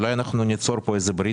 אולי ניצור פה איזו ברית?